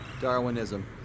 Darwinism